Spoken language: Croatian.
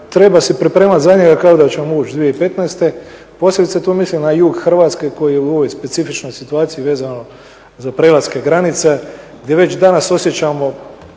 treba se pripremati za njega kao da ćemo ući 2015., posebice tu mislim na jug Hrvatske koji je u ovoj specifičnoj situaciji vezano za prelaske granica gdje već danas osjećamo